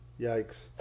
Yikes